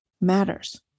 matters